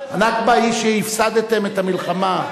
הנכבה היא שהפסדתם את המלחמה.